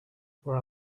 for